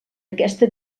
aquesta